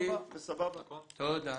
תודה.